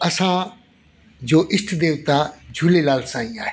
असांजो ईष्ट देवता झूलेलाल साईं आहे